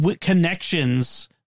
connections